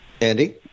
Andy